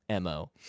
mo